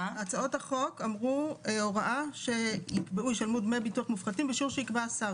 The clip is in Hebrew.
הצעות החוק אמרו שישלמו "דמי ביטוח מופחתים בשיעור שיקבע השר".